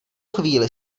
chvíli